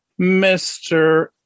Mr